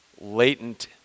latent